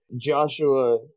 Joshua